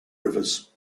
rivers